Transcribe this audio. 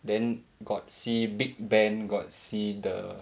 then got see big ben got see the